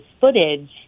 footage